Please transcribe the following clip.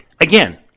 again